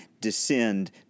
descend